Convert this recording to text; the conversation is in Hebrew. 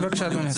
בבקשה, אדוני.